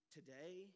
Today